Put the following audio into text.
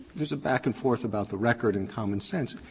there's a back and forth about the record and common sense.